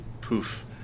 poof